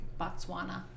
Botswana